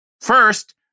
First